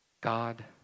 God